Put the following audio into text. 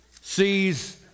sees